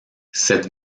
cette